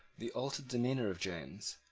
the altered demeanour of james,